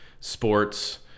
sports